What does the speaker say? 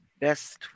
best